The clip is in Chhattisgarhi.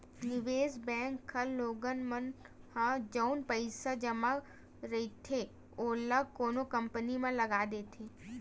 निवेस बेंक ह लोगन मन ह जउन पइसा जमा रहिथे ओला कोनो कंपनी म लगा देथे